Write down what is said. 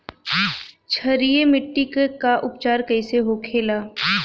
क्षारीय मिट्टी का उपचार कैसे होखे ला?